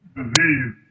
disease